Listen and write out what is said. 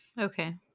Okay